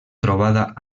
trobada